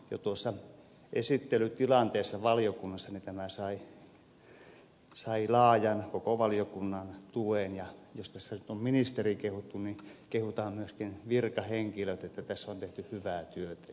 jo tuossa esittelytilanteessa valiokunnassa tämä sai laajan koko valiokunnan tuen ja jos tässä nyt on ministeriä kehuttu niin kehutaan myöskin virkahenkilöt että tässä on tehty hyvää työtä